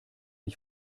ich